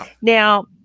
now